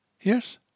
Yes